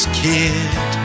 kid